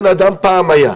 אדם פעם היה'.